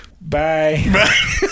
Bye